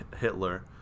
Hitler